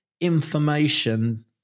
information